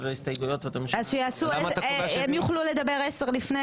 ההסתייגויות --- הם יוכלו לדבר 10 לפני,